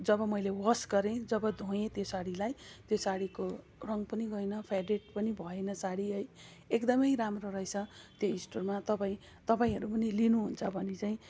जब मैले वास गरेँ जब धोएँ त्यो साडीलाई त्यो साडीको रङ पनि गएन फेडेड पनि भएन साडी है एकदमै राम्रो रहेछ त्यो स्टोरमा तपाईँ तपाईँहरू पनि लिनुहुन्छ भने चाहिँ